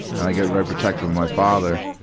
and i'd get very protective of my father.